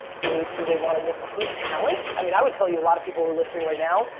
do do they want to recruit talent? i mean i would tell you a lot of people who are listening right now,